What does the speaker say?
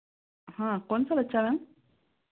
हाँ कौनसा बच्चा मैम